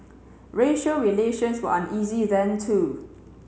racial relations were uneasy then too